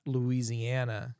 Louisiana